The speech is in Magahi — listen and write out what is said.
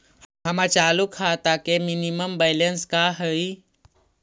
हमर चालू खाता के मिनिमम बैलेंस का हई?